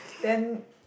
then